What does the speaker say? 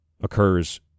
occurs